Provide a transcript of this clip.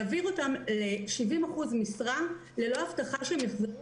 ולהעביר אותם ל-70% משרה ללא הבטחה שהם יחזרו